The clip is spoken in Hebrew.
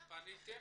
האם פניתם?